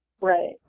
Right